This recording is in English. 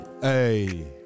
Hey